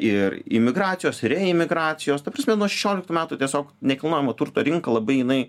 ir imigracijos ir reimigracijos ta prasme nuo šešioliktų metų tiesiog nekilnojamo turto rinka labai jinai